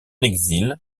exil